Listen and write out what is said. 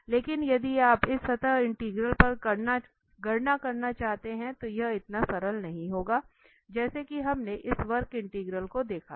लेकिन यदि आप इस सतह इंटीग्रल पर गणना करना चाहते हैं तो यह इतना सरल नहीं होगा जैसा कि हमने इस वक्र इंटीग्रल को देखा है